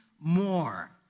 more